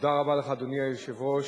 אדוני היושב-ראש,